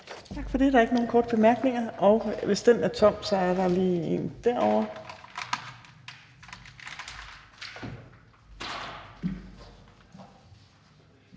Tak for det. Der er ikke nogen korte bemærkninger. Og hvis ordføreren lige vil gøre